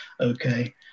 Okay